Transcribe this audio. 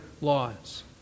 laws